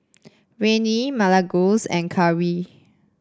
Rennie Milagros and Karri